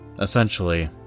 essentially